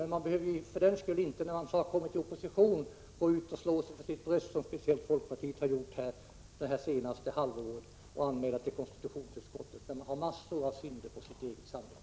Men för den skull behöver man inte, när man har kommit i opposition, slå sig för bröstet och göra anmälningar till konstitutionsutskottet — som folkpartiet har gjort det senaste halvåret — när man har en mängd synder på sitt eget samvete.